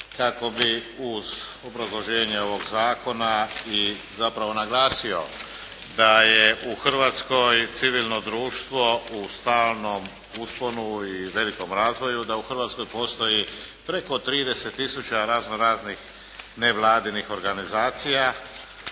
kako bi uz obrazloženje ovog zakona i zapravo naglasio da je u Hrvatskoj civilno društvo u stalnom usponu i velikom razvoju, da u Hrvatskoj postoji preko 30 tisuća razno raznih nevladinih organizacija,